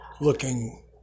looking